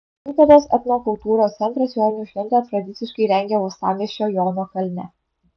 klaipėdos etnokultūros centras joninių šventę tradiciškai rengia uostamiesčio jono kalne